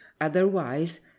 Otherwise